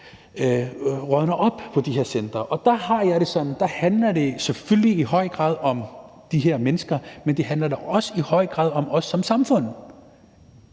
Der har jeg det sådan, at der handler det selvfølgelig i høj grad om de her mennesker, men det handler da i høj grad også om os som samfund.